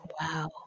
Wow